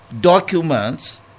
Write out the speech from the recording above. documents